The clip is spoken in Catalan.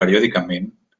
periòdicament